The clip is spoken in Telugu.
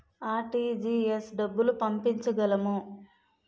ఆర్.టీ.జి.ఎస్ డబ్బులు పంపించగలము?